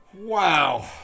Wow